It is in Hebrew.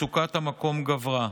מצוקת המקום גברה.